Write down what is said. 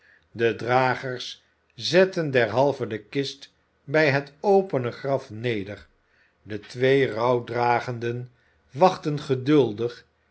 de dragers zetten derhalve de kist bij het opene graf neder de twee rouwdragenden wachtten geduldig